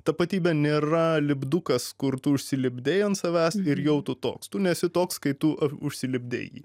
tapatybė nėra lipdukas kur tu užsilipdėi ant savęs ir jau tu toks tu nesi toks kaip tu užsilipdei jį